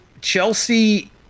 Chelsea